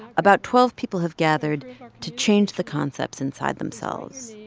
about twelve people have gathered to change the concepts inside themselves.